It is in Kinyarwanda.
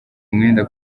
umwenda